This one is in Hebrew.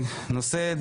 אושר.